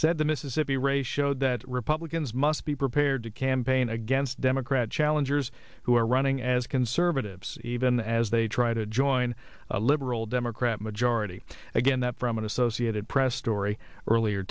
said the mississippi race showed that republicans must be prepared to campaign against democrat challengers who are running as conservatives even as they try to join a liberal democrat majority again that from an associated press story earlier